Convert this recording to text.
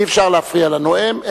אי-אפשר להפריע לנואם,